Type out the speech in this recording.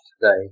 today